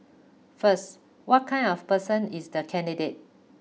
first what kind of person is the candidate